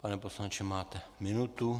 Pane poslanče, máte minutu.